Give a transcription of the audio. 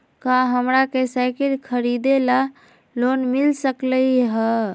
का हमरा के साईकिल खरीदे ला लोन मिल सकलई ह?